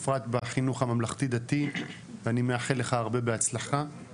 בפרט בחינוך הממלכתי דתי ואני מאחל לך הרבה בהצלחה.